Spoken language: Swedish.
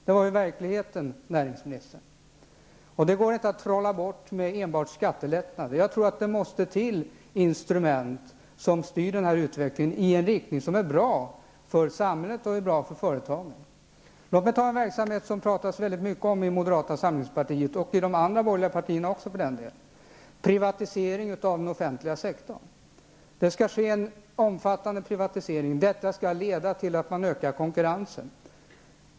Så var verkligheten, näringsministern. Det går inte att trolla med skattelättnader. Det måste till instrument som styr utvecklingen i en riktning som är bra för samhället och för företagen. Låt mig ta en verksamhet som det talas mycket om i moderata samlingspartiet och även i de andra borgerliga partierna. Det gäller privatiseringen av den offentliga sektorn. Där skall ske en omfattande privatisering. Det skall leda till att man ökar konkurrensen.